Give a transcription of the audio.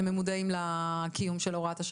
אם הם מודעים לקיום של הוראת השעה,